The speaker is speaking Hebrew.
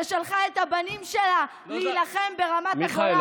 ששלחה את הבנים שלה להילחם ברמת הגולן,